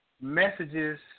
messages